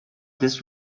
this